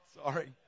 Sorry